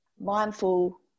mindful